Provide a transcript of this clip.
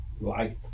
life